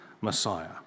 Messiah